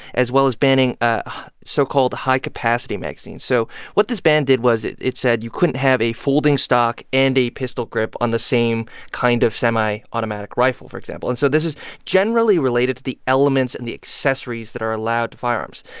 as well as banning ah so-called high-capacity magazines. so what this ban did was it it said, you couldn't have a folding stock and a pistol grip on the same kind of semi-automatic rifle, for example. and so this is generally related to the elements in and the accessories accessories that are allowed to firearms.